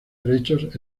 derechos